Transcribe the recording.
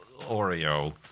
Oreo